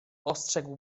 ostrzegł